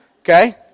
Okay